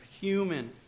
human